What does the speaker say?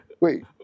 wait